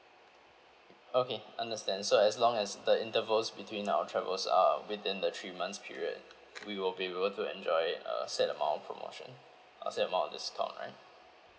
okay understand so as long as the intervals between our travels are within the three months period we will be able to enjoy uh set amount promotion uh set amount discount right